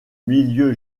milieu